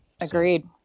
agreed